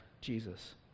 Jesus